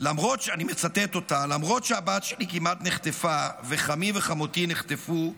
ואני מצטט אותה: למרות שהבת שלי כמעט נחטפה וחמי וחמותי נחטפו,